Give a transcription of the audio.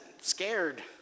scared